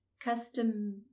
Custom